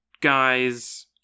guys